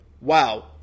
wow